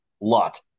lot